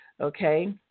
okay